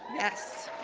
yes